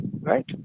Right